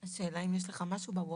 השאלה היא אם יש לך משהו בוולט.